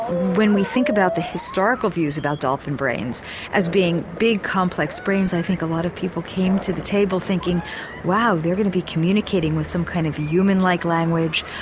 when we think about the historical views about dolphin brains as being big complex brains i think a lot of people came to the table thinking wow they are going to be communicating with some kind of a humanlike language,